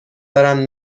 دارم